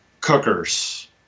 cookers